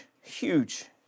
huge